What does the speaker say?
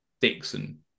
Dixon